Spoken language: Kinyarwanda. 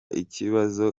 ikibazo